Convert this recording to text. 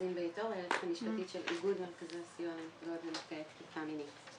היועצת המשפטית של איגוד מרכזי הסיוע לנפגעות ונפגעי תקיפה מינית.